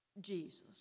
Jesus